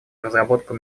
разработку